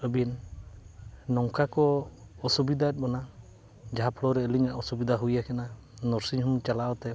ᱟᱹᱵᱤᱱ ᱱᱚᱝᱠᱟ ᱠᱚ ᱚᱥᱩᱵᱤᱫᱟᱭᱮᱫ ᱵᱚᱱᱟ ᱡᱟᱦᱟᱸ ᱨᱮ ᱟᱹᱞᱤᱧᱟ ᱚᱥᱩᱵᱤᱫᱟ ᱦᱩᱭ ᱠᱟᱱᱟ ᱱᱟᱨᱥᱤᱝ ᱦᱳᱢ ᱪᱟᱞᱟᱣᱛᱮ